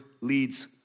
leads